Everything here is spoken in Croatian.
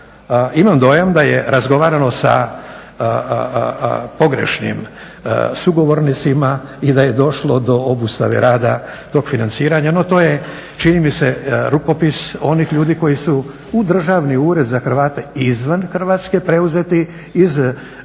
imam dojam da je razgovarano sa pogrešnim sugovornicima i da je došlo do obustave rada tog financiranja. No to je čini mi se rukopis onih ljudi koji su u Državni ured za Hrvate izvan Hrvatske preuzeti iz brojnih